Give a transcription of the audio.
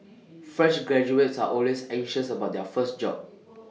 fresh graduates are always anxious about their first job